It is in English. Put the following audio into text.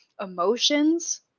emotions